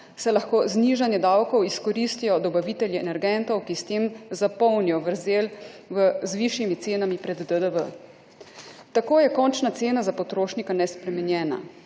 saj lahko znižanje davkov izkoristijo dobavitelji energentov, ki s tem zapolnijo vrzel z višjimi cenami pred DDV. Tako je končna cena za potrošnika nespremenjena,